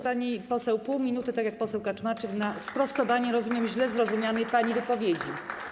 Pani poseł, pół minuty, tak jak poseł Kaczmarczyk, na sprostowanie, rozumiem, źle zrozumianej pani wypowiedzi.